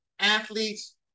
athletes